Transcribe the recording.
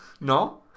No